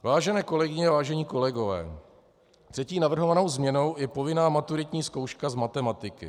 Vážené kolegyně, vážení kolegové, třetí navrhovanou změnou je povinná maturitní zkouška z matematiky.